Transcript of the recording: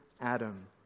Adam